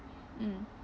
mm